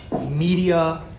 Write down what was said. media